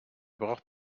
braucht